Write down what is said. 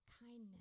kindness